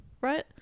right